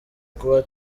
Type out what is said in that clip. kuba